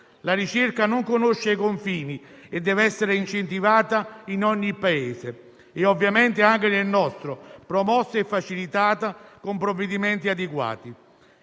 La ricerca non conosce confini e deve essere incentivata in ogni Paese, e ovviamente anche nel nostro, promossa e facilitata con provvedimenti adeguati.